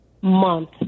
month